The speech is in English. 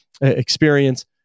experience